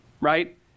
right